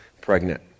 pregnant